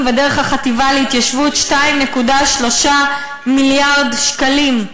ודרך החטיבה להתיישבות 2.3 מיליארד שקלים?